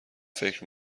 فکر